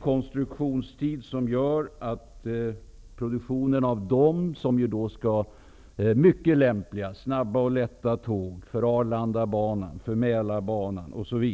Konstruktionstiden för dessa mycket lämpliga, snabba och lätta tåg för Arlandabanan, för Mälarbanan osv. medför